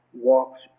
walks